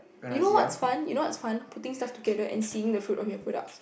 you know what's fun you know what's fun putting stuff together and seeing the fruit of your products